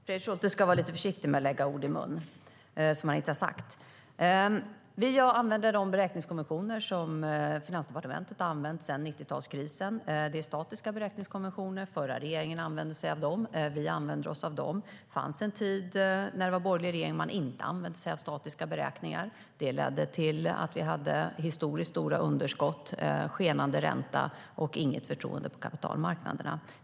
Fru talman! Fredrik Schulte ska vara lite försiktig med att lägga ord i ens mun som man inte har sagt. Vi använder de beräkningskonventioner som Finansdepartementet har använt sedan 90-talskrisen. Det är statiska beräkningskonventioner. Den förra regeringen använde sig av dem. Vi använder oss av dem. Det fanns en tid när det var borgerlig regering då man inte använde sig av statiska beräkningar. Det ledde till historiskt stora underskott, till skenande ränta och till att det inte fanns något förtroende på kapitalmarknaderna.